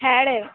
হ্যাঁ রে